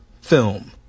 film